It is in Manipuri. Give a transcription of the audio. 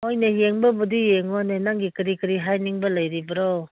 ꯍꯣꯏꯅꯦ ꯌꯦꯡꯕꯕꯨꯗꯤ ꯌꯦꯡꯉꯣꯅꯦ ꯅꯪꯒꯤ ꯀꯔꯤ ꯀꯔꯤ ꯍꯥꯏꯅꯤꯡꯕ ꯂꯩꯔꯤꯕ꯭ꯔꯣ